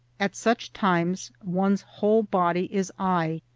at such times one's whole body is eye,